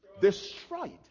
destroyed